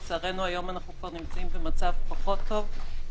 לצערנו היום אנחנו כבר נמצאים במצב פחות טוב,